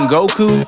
Goku